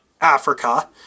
Africa